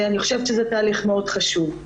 אני חושבת שזה תהליך חשוב מאוד.